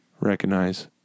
recognize